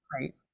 Right